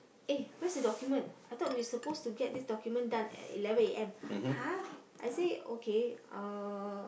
eh where is the document I thought we supposed to get this document done at eleven A_M !huh! I say okay uh